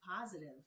positive